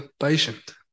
patient